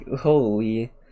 holy